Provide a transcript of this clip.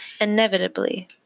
inevitably